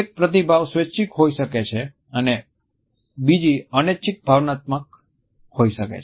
એક પ્રતિભાવ સ્વૈચ્છિક હોઈ શકે છે અને બીજી અનૈચ્છિક ભાવનાત્મક હોઈ શકે છે